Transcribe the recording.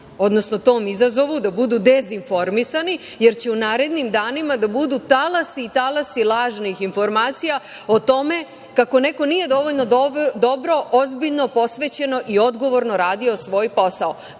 odnosno tom izazovu da budu dezinformisani, jer će u narednim danima da budu talasi i talasi lažnih informacija o tome kako neko nije dovoljno dobro, ozbiljno, posvećeno i odgovorno radio svoj posao.